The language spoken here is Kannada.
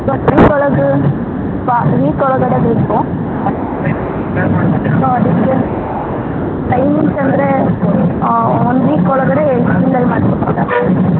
ಒಂದು ವೀಕ್ ಒಳಗೆ ಹಾಂ ಒಂದು ವೀಕ್ ಒಳಗಡೆ ಬೇಕು ಟೈಮಿಂಗ್ಸ್ ಅಂದರೆ ಒಂದು ವೀಕ್ ಒಳಗಡೆ ಹೇಳ್ತೀನಿ ಮಾಡಿ ಕೊಡ್ತೀರಾ